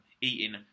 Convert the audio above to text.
eating